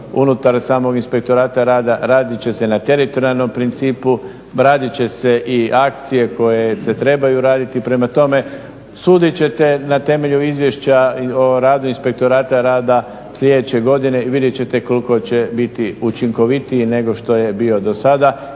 unutar samog Inspektorata rada. Radit će se na teritorijalnom principu. Radit će se i akcije koje se trebaju raditi. Prema tome, sudit ćete na temelju izvješća o radu Inspektorata rada sljedeće godine i vidjet ćete koliko će biti učinkovitiji nego što je bio do sada